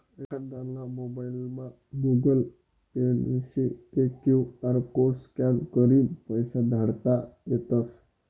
एखांदाना मोबाइलमा Google Pay नशी ते क्यु आर कोड स्कॅन करीन पैसा धाडता येतस